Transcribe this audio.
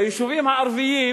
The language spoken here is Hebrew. ביישובים הערביים,